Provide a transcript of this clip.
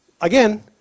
Again